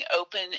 open